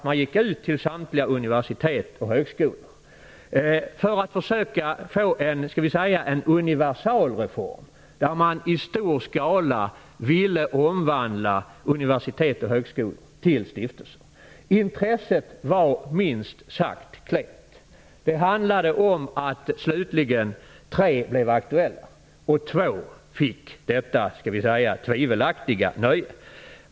Man gick ut till samtliga universitet och högskolor för att försöka få till stånd en universalreform och omvandla universitet och högskolor till stiftelser. Intresset var minst sagt klent. Det handlade slutligen om att tre blev aktuella, och det var två som fick detta tvivelaktiga nöje.